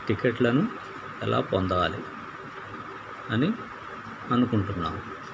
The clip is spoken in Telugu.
టికెట్లను ఎలా పొందాలి అని అనుకుంటున్నాము